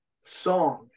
song